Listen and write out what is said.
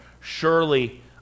surely